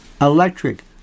electric